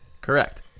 Correct